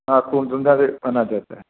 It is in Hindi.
हाँ खूब सुंदर से खाना देता है